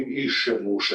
עם איש שמורשה